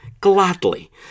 Gladly